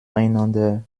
einander